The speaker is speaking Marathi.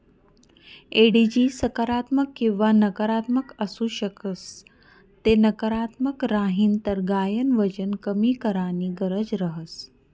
एडिजी सकारात्मक किंवा नकारात्मक आसू शकस ते नकारात्मक राहीन तर गायन वजन कमी कराणी गरज रहस